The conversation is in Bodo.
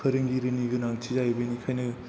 फोरोंगिरिनि गोनांथि जायो बेनिखायनो